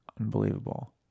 Unbelievable